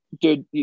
dude